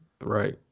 Right